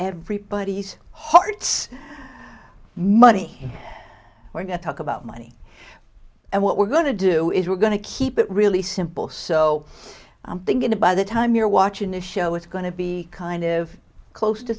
everybody's hearts money we're going to talk about money and what we're going to do is we're going to keep it really simple so i'm thinking a by the time you're watching the show it's going to be kind of close to